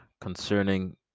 Concerning